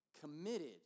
committed